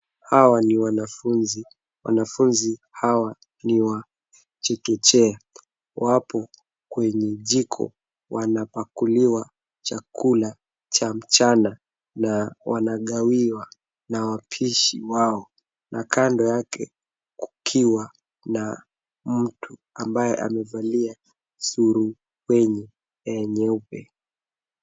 Hawa ni wanafunzi. Wanafunzi hawa ni wa chekechea ,wapo kwenye jiko wanapakuliwa chakula cha mchana na wanagawiwa na wapishi wao, na kando yake kukiwa na mtu ambaye amevalia sulubywenye ya nyeupe.